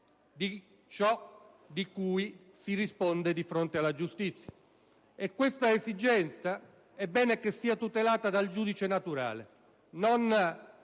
di ciò di cui si risponde di fronte alla giustizia. E questa esigenza è bene che sia tutelata dal giudice naturale, non